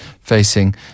facing